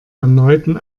erneuten